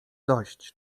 dość